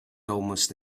almost